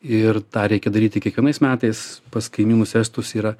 ir tą reikia daryti kiekvienais metais pas kaimynus estus yra